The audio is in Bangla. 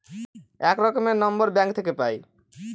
এক রকমের নম্বর ব্যাঙ্ক থাকে পাই